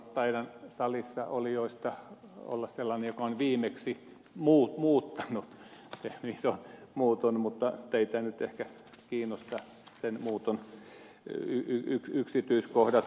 taidan salissaolijoista olla sellainen joka on viimeksi muuttanut teitä nyt ehkä eivät kiinnosta sen muuton yksityiskohdat